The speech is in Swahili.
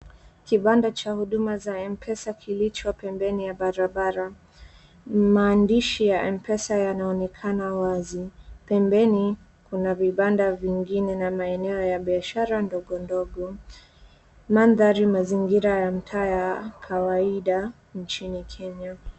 Kibanda cha huduma za Mpesa kilicho pembeni ya barabara. Maandishi ya Mpesa yanaonekana wazi. Pembeni, kuna vibanda vingine na maeneo ya biashara ndogondogo. Mandhari mazingira ya mtaa ya kawaida nchini Kenya.